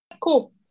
cool